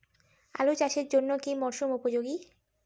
আলু চাষের জন্য কি মরসুম উপযোগী?